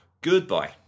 Goodbye